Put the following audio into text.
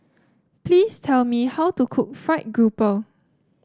please tell me how to cook fried grouper